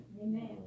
Amen